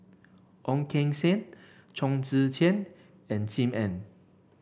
Ong Keng Sen Chong Tze Chien and Sim Ann